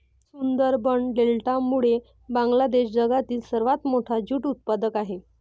सुंदरबन डेल्टामुळे बांगलादेश जगातील सर्वात मोठा ज्यूट उत्पादक आहे